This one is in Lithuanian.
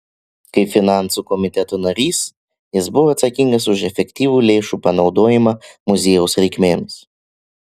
kaip finansų komiteto narys jis buvo atsakingas už efektyvų lėšų panaudojimą muziejaus reikmėms